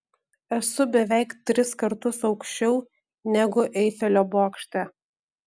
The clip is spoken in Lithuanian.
esu beveik tris kartus aukščiau negu eifelio bokšte